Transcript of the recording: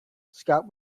scott